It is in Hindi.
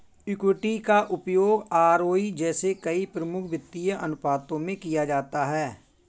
इक्विटी का उपयोग आरओई जैसे कई प्रमुख वित्तीय अनुपातों में किया जाता है